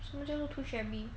什么叫 too shabby